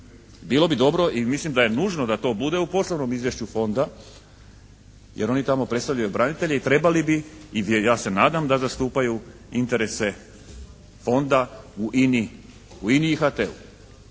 Bilo bi dobro i mislim da je nužno da to bude u Poslovnom izvješću Fonda, jer oni tamo predstavljaju branitelje i trebali bi i ja se nadam da zastupaju interese Fonda u Ini i HT-u.